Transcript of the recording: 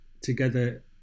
together